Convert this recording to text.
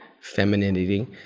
femininity